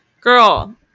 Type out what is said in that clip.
girl